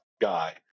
guy